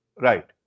right